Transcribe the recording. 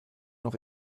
noch